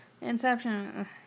Inception